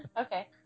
Okay